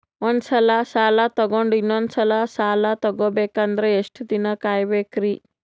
ಒಂದ್ಸಲ ಸಾಲ ತಗೊಂಡು ಇನ್ನೊಂದ್ ಸಲ ಸಾಲ ತಗೊಬೇಕಂದ್ರೆ ಎಷ್ಟ್ ದಿನ ಕಾಯ್ಬೇಕ್ರಿ?